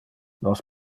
nos